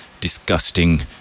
disgusting